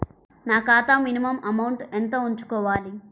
నా ఖాతా minimum amount ఎంత ఉంచుకోవాలి?